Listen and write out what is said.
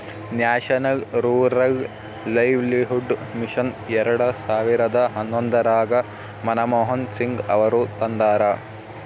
national rural livelihood mission ಎರೆಡ ಸಾವಿರದ ಹನ್ನೊಂದರಾಗ ಮನಮೋಹನ್ ಸಿಂಗ್ ಅವರು ತಂದಾರ